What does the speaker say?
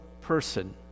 person